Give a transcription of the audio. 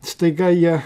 staiga jie